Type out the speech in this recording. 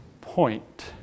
point